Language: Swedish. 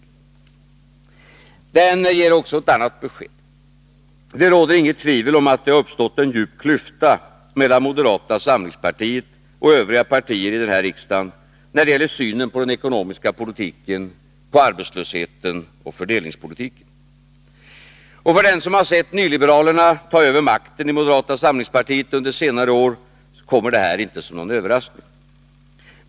Moderaternas förslag ger också ett annat besked. Det råder inget tvivel om att det har uppstått en djup klyfta mellan moderata samlingspartiet och övriga partier i riksdagen när det gäller synen på den ekonomiska politiken, arbetslösheten och fördelningspolitiken. För den som under senare år har sett nyliberalerna ta över makten i moderata samlingspartiet kommer inte detta som någon överraskning.